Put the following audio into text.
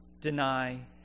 deny